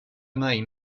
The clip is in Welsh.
nain